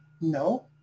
No